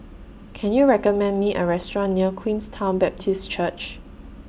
Can YOU recommend Me A Restaurant near Queenstown Baptist Church